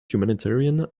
humanitarian